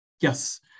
Yes